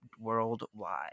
worldwide